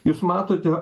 jūs matote